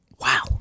Wow